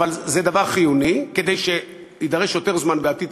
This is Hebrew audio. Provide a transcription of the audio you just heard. אבל זה דבר חיוני כדי שיידרש יותר זמן בעתיד,